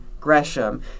gresham